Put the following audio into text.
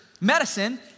medicine